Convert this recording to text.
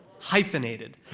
hyphenated.